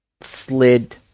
slid